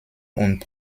und